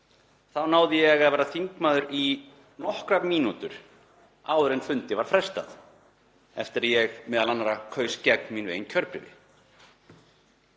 Þá náði ég að vera þingmaður í nokkrar mínútur áður en fundi var frestað, eftir að ég meðal annarra kaus gegn mínu eigin kjörbréfi.